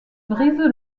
brise